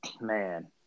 man